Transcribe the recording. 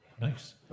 Nice